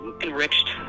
enriched